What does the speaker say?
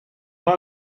man